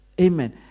Amen